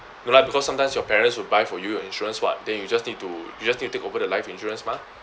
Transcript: no lah because sometimes your parents will buy for you your insurance [what] then you just need to you just you take over the life insurance mah